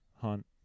Hunt